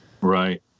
Right